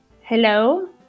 Hello